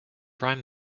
prime